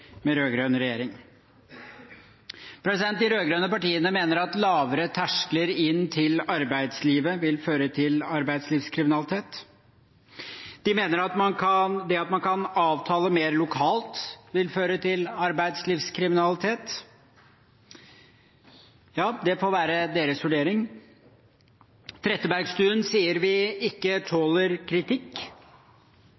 med rød-grønn regjering. De rød-grønne partiene mener at lavere terskler inn til arbeidslivet vil føre til arbeidslivskriminalitet. De mener at det at man kan avtale mer lokalt, vil føre til arbeidslivskriminalitet. Det får være deres vurdering. Trettebergstuen sier vi ikke